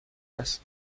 است